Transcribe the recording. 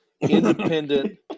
independent